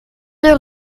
deux